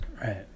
Right